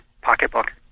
pocketbook